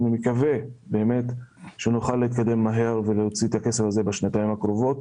אני מקווה שנוכל להתקדם מהר ולהוציא את הכסף הזה בשנתיים הקרובות